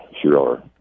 Sure